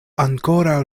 ankoraŭ